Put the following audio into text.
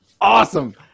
awesome